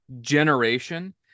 generation